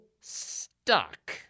stuck